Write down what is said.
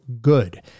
good